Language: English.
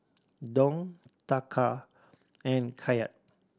Dong Taka and Kyat